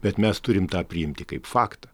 bet mes turim tą priimti kaip faktą